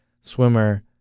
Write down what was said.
swimmer